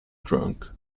drunk